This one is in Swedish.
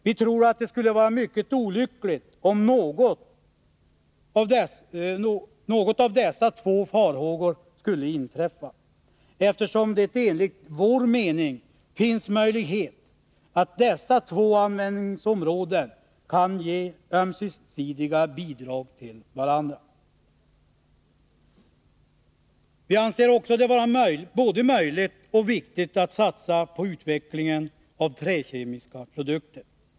Vi tror att det skulle vara mycket olyckligt, om någon av dessa två farhågor skulle besannas, eftersom det enligt vår mening finns en möjlighet att dessa två användningsområden kan ge ömsesidiga bidrag till varandra. Vi anser det också vara både möjligt och viktigt att satsa på utvecklingen av träkemiska produkter.